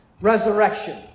resurrection